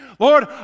Lord